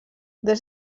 des